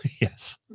Yes